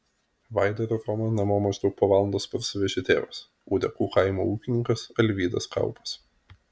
vaidą ir romą namo maždaug po valandos parsivežė tėvas ūdekų kaimo ūkininkas alvydas kaupas